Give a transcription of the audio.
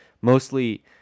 mostly